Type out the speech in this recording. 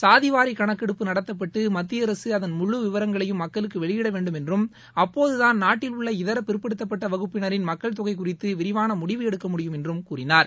சாதிவாரி கணக்கெடுப்பு நடத்தப்பட்டு மத்திய அரசு அதன் முழு விவரங்களையும் மக்களுக்கு வெளியிடவேண்டும் என்றும் அப்போததான் நாட்டில் உள்ள இதரபிற்படுத்தப்பட்ட வகுப்பினரின் மக்கள் தொகை குறித்து விரிவான முடிவு எடுக்கமுடியும் என்றும் கூறினார்